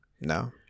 No